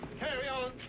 carry on.